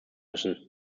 müssen